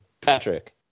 Patrick